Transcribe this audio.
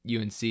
UNC